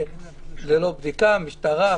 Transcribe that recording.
משטרה,